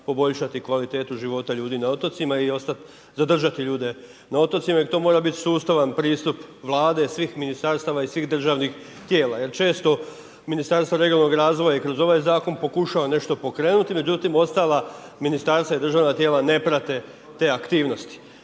poboljšati kvalitetu života ljudi na otocima i zadržati ljude na otocima jer to mora biti sustavan pristup vlade, svih ministarstava i svih državnih tijela jer često ministarstva regionalnog razvoja i kroz ovaj zakon pokušava nešto pokrenuti, međutim ostala ministarstva i državna tijela ne prate te aktivnosti